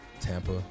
Tampa